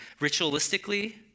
Ritualistically